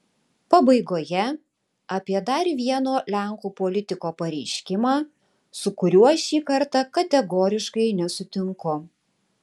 pabaigoje apie dar vieno lenkų politiko pareiškimą su kuriuo šį kartą kategoriškai nesutinku